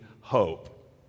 hope